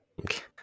Okay